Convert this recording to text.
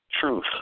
truth